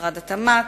משרד התמ"ת,